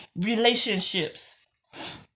relationships